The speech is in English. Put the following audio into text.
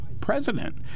president